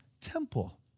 temple